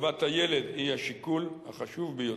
טובת הילד היא השיקול החשוב ביותר.